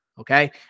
Okay